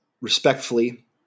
respectfully